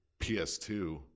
PS2